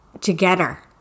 together